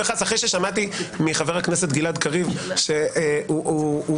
אחרי ששמעתי מחבר הכנסת גלעד קריב שהוא מוותר